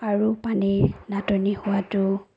আৰু পানীৰ নাটনি হোৱাতো